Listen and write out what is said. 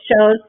shows